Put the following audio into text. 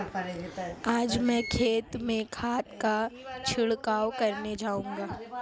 आज मैं खेत में खाद का छिड़काव करने जाऊंगा